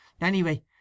Anyway